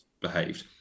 behaved